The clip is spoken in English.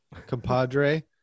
compadre